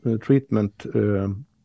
treatment